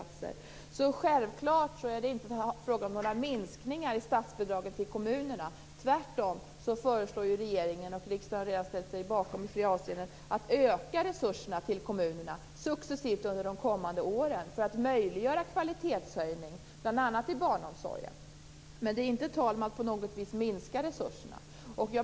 Det är självfallet inte fråga om några minskningar i statsbidragen till kommunerna. Tvärtom föreslår regeringen - riksdagen har redan ställt sig bakom detta i flera avseenden - en successiv ökning av resurserna till kommunerna under de kommande åren för att möjliggöra kvalitetshöjning bl.a. i barnomsorgen. Det är inte på något vis tal om att minska resurserna.